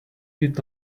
did